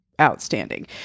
outstanding